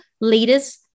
leaders